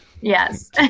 Yes